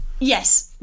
yes